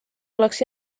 oleks